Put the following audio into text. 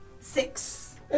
six